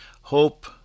Hope